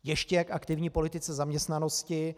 Ještě k aktivní politice zaměstnanosti.